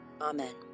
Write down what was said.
Amen